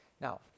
Now